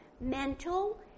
mental